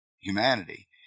humanity